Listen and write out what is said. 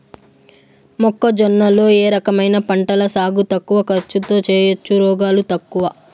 మొక్కజొన్న లో ఏ రకమైన పంటల సాగు తక్కువ ఖర్చుతో చేయచ్చు, రోగాలు తక్కువ?